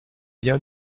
bien